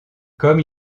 comme